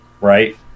right